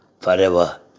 forever